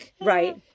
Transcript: right